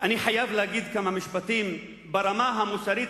אני חייב להגיד כמה משפטים ברמה המוסרית